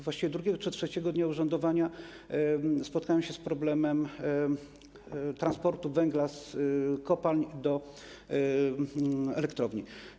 Właściwie drugiego czy trzeciego dnia urzędowania spotkałem się z problemem transportu węgla z kopalń do elektrowni.